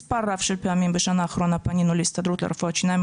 מספר רב של פעמים בשנה האחרונה פנינו להסתדרות לרפואת שיניים,